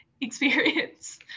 experience